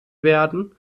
werden